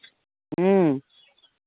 ह्म्म